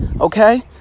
Okay